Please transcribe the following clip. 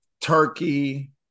Turkey